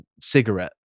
cigarette